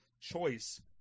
choice